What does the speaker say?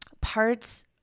parts